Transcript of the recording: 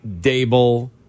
Dable